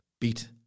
beat